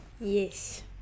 yes